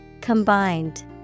Combined